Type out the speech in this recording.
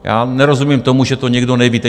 Já nerozumím tomu, že to někdo neví.